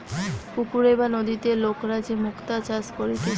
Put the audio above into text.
পুকুরে বা নদীতে লোকরা যে মুক্তা চাষ করতিছে